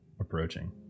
approaching